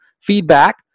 feedback